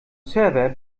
server